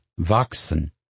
wachsen